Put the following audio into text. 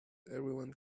everyone